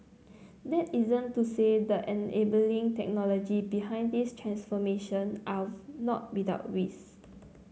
that isn't to say the enabling technologies behind these transformation are not without risk